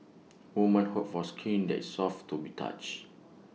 woman hope for skin that is soft to be touch